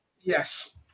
Yes